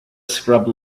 scrub